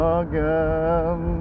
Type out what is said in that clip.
again